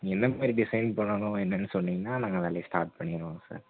நீங்கள் எந்த மாரி டிசைன் பண்ணணும் என்னென்னு சொன்னீங்கன்னா நாங்கள் வேலையை ஸ்டார்ட் பண்ணிடுவோங்க சார்